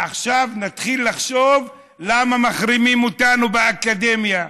עכשיו נתחיל לחשוב למה מחרימים אותנו באקדמיה,